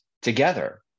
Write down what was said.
together